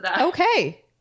Okay